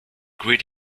grid